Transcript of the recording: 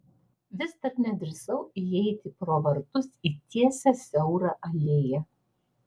vis dar nedrįsau įeiti pro vartus į tiesią siaurą alėją